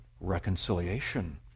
reconciliation